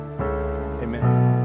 Amen